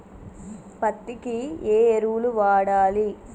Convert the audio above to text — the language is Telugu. పత్తి కి ఏ ఎరువులు వాడాలి?